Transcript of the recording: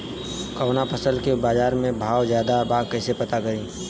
कवना फसल के बाजार में भाव ज्यादा बा कैसे पता करि?